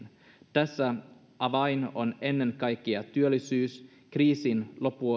tässä avain on ennen kaikkea työllisyys kriisin